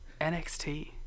NXT